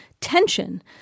tension